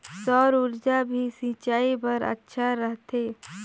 सौर ऊर्जा भी सिंचाई बर अच्छा रहथे?